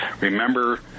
remember